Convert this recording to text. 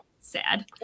sad